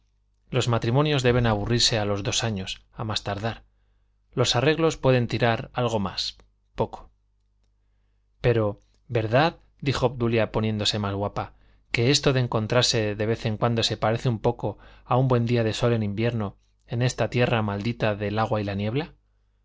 los matrimonios deben aburrirse a los dos años a más tardar los arreglos pueden tirar algo más poco pero verdad dijo obdulia poniéndose más guapa que esto de encontrarse de vez en cuando se parece un poco a un buen día de sol en invierno en esta tierra maldita del agua y la niebla